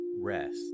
rest